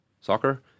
soccer